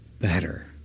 better